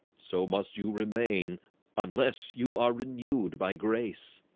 so must you remain unless you are renewed by grace